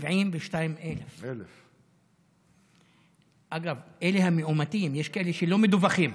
72,000. אגב, אלה המאומתים, יש כאלה שלא מדווחים,